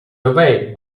evade